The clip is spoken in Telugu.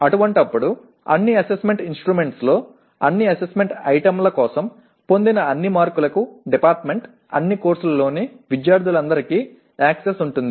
అటువంటప్పుడు అన్ని అసెస్మెంట్ ఇన్స్ట్రుమెంట్స్లో అన్ని అసెస్మెంట్ ఐటమ్ల కోసం పొందిన అన్ని మార్కులకు డిపార్ట్మెంట్ అన్ని కోర్సుల్లోని విద్యార్థులందరికీ యాక్సెస్ ఉంటుంది